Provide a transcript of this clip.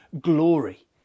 glory